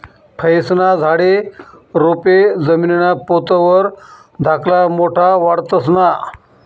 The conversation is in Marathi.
फयेस्ना झाडे, रोपे जमीनना पोत वर धाकला मोठा वाढतंस ना?